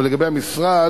אבל לגבי המשרד,